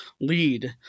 lead